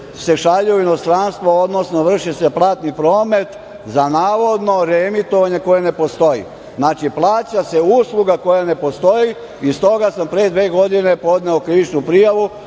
se šalje u inostranstvo, odnosno vrši se platni promet za navodno reemitovanje koje ne postoji. Znači, plaća se usluga koja ne postoji i s toga sam pre dve godine podneo krivičnu prijavu